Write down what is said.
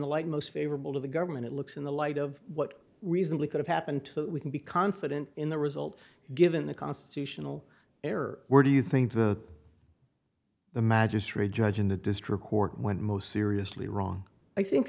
the light most favorable to the government it looks in the light of what reasonably could have happened to that we can be confident in the result given the constitutional error where do you think that the magistrate judge in the district court when most seriously wrong i think